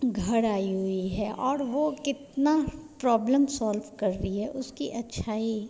घर आई हुई है औडर वह कितनी प्रॉब्लम सॉल्व कर रही है उसकी अच्छाई